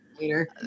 later